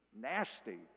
nasty